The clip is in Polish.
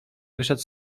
wyszedł